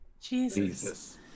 Jesus